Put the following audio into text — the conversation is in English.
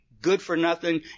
good-for-nothing